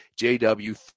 jw